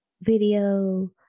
video